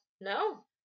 no